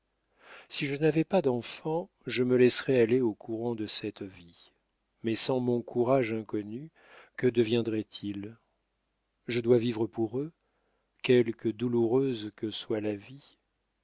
si je n'avais pas d'enfants je me laisserais aller au courant de cette vie mais sans mon courage inconnu que deviendraient-ils je dois vivre pour eux quelque douloureuse que soit la vie